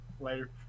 Later